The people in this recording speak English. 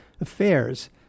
affairs